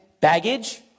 baggage